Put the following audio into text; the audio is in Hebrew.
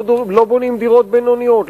לא בונים דירות בינוניות,